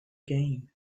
game